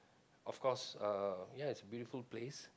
of course uh yeah it's a beautiful place